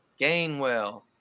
Gainwell